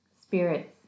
spirits